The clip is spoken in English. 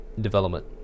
development